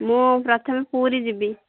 ମୁଁ ପ୍ରଥମେ ପୁରୀ ଯିବି